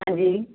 ਹਾਂਜੀ